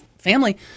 family